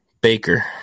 Baker